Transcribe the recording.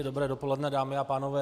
Dobré dopoledne, dámy a pánové.